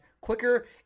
quicker